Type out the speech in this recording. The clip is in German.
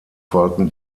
folgten